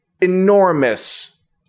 enormous